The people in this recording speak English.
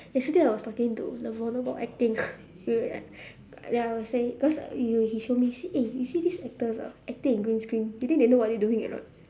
yesterday I was talking to the voldemort acting ya I was saying cause you he show me eh you see the actors ah acting in green screen you think they know what they doing or not